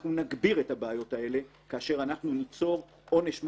אנחנו נגביר את הבעיות האלה כאשר אנחנו ניצור עונש מוות,